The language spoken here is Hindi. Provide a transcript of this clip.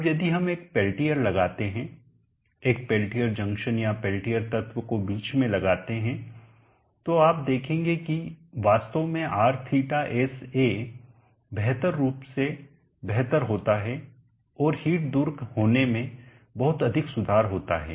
अब यदि हम एक पेल्टियर लगाते हैं एक पेल्टियर जंक्शन या पेल्टियर तत्व को बीच में लगाते हैं तो आप देखेंगे कि वास्तव में Rθsa बेहतर रूप से बेहतर होता है और हीट दूर होने में बहुत अधिक सुधार होता है